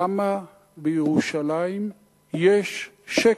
למה בירושלים יש שקט?